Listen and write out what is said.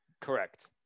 Correct